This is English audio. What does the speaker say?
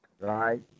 right